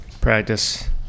practice